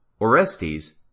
Orestes